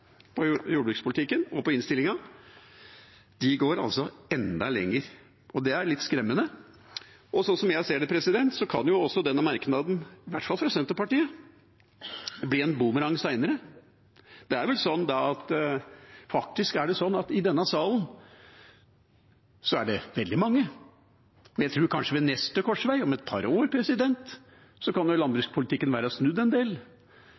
lag i jordbrukspolitikken og i innstillingen. De går altså enda lenger. Det er litt skremmende. Som jeg ser det, kan også denne merknaden – i hvert fall fra Senterpartiet – bli en boomerang seinere. Faktisk er det sånn at i denne sal gjelder det veldig mange. Og jeg tror kanskje at ved neste korsvei, om et par år, kan landbrukspolitikken være snudd en del.